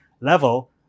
level